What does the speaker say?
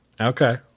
Okay